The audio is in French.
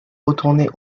retourné